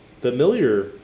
familiar